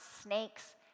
snakes